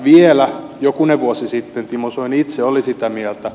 vielä jokunen vuosi sitten timo soini itse oli sitä mieltä